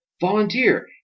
Volunteer